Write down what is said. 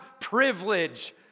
privilege